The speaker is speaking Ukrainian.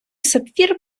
сапфір